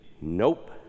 Nope